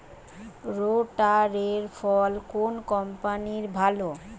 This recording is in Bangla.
রোটারের ফল কোন কম্পানির ভালো?